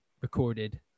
recorded